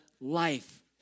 life